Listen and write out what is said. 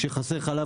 כשחסר חלב,